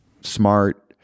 smart